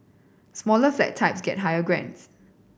smaller flat types get higher grants